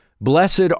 Blessed